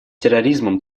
терроризмом